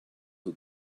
who